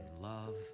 love